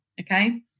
Okay